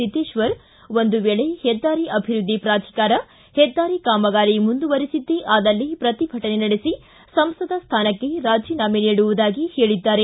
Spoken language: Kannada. ಸಿದ್ಗೇತ್ ಒಂದು ವೇಳೆ ಹೆದ್ದಾರಿ ಅಭಿವೃದ್ದಿ ಪ್ರಾಧಿಕಾರ ಹೆದ್ದಾರಿ ಕಾಮಗಾರಿ ಮುಂದುವರಿಸಿದ್ದೇ ಆದಲ್ಲಿ ಪ್ರತಿಭಟನೆ ನಡೆಸಿ ಸಂಸದ ಸ್ಟಾನಕ್ಕೆ ರಾಜೀನಾಮೆ ನೀಡುವುದಾಗಿ ಹೇಳಿದ್ದಾರೆ